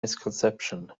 misconception